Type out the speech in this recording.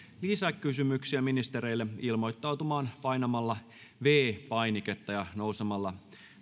lisäkysymyksiä ministereille ilmoittautumaan painamalla viides painiketta ja nousemalla